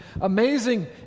amazing